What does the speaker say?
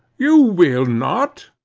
you will not?